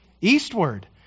Eastward